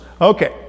okay